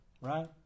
right